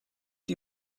die